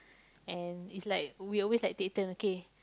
and it's like we always like take turn okay